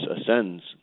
ascends